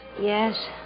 Yes